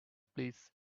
please